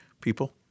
people